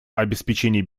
обеспечения